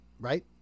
right